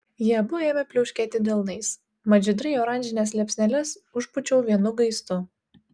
jie abu ėmė pliaukšėti delnais mat žydrai oranžines liepsneles užpūčiau vienu gaistu